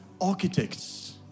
Architects